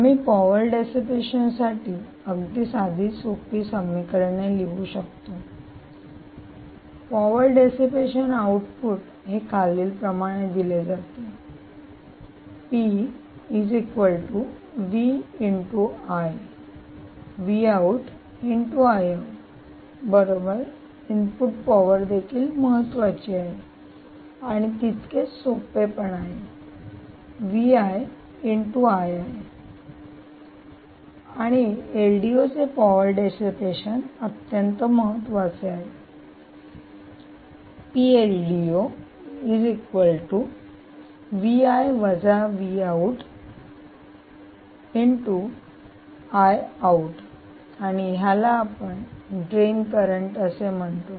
आम्ही power dissipation साठी अगदी सोपी समीकरणे लिहू शकतो पॉवर डेसीपेशन आऊटपुट हे खालील प्रमाणे दिले जाते बरोबर इनपुट पॉवर देखील महत्वाची आहे आणि तितकेच सोपे पण आहे आणि एलडिओ चे पॉवर डेसीपेशन अत्यंत महत्त्वाचे आहे आणि याला आपण ड्रेन करंट असे म्हणतो